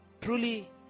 truly